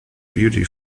beauty